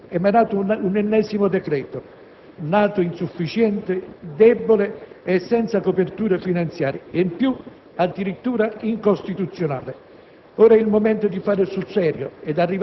è stato ora emanato un ennesimo decreto, nato insufficiente, debole, senza coperture finanziarie e, in più, addirittura incostituzionale.